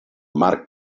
marc